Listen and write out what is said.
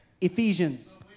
Ephesians